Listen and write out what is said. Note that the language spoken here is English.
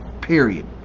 period